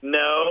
no